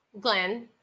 Glenn